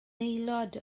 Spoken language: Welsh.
aelod